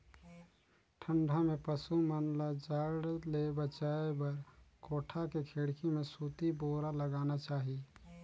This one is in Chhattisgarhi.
ठंडा में पसु मन ल जाड़ ले बचाये बर कोठा के खिड़की में सूती बोरा लगाना चाही